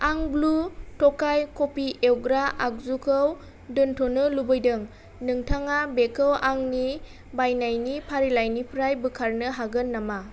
आं ब्लु टकाइ कफि एवग्रा आगजुखौ दोनथ'नो लुबैदों नोंथाङा बेखौ आंनि बायनायनि फारिलाइनिफ्राय बोखारनो हागोन नामा